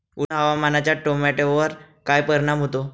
उष्ण हवामानाचा टोमॅटोवर काय परिणाम होतो?